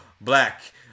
black